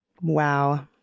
Wow